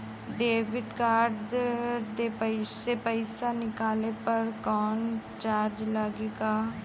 Debit card से पैसा निकलले पर कौनो चार्ज लागि का?